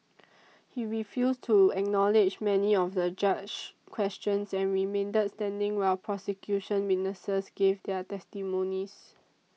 he refused to acknowledge many of the judge's questions and remained standing while prosecution witnesses gave their testimonies